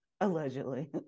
Allegedly